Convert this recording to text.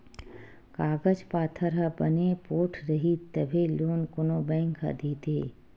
कागज पाथर ह बने पोठ रइही तभे लोन कोनो बेंक ह देथे